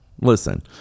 listen